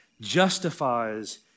justifies